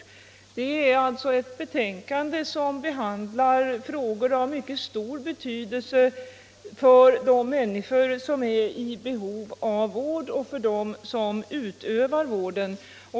Det är frågor av mycket stor betydelse för de människor som är i behov av vård och för dem som utövar vården.